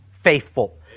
faithful